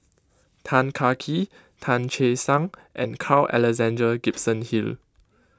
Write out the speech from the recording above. Tan Kah Kee Tan Che Sang and Carl Alexander Gibson Hill